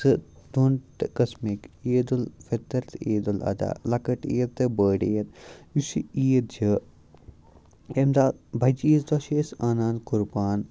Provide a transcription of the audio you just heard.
سٕہ دۄن تہٕ قٕسمٕکۍ عیدالفطر تہٕ عیدلاضحی لَکٕٹ عیٖد تہٕ بٔڑ عیٖد یُس یہِ عیٖد چھِ اَمہِ دۄہ بَجہِ عیٖز دۄہ چھِ أسۍ انان قُربان